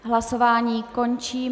Hlasováním končím.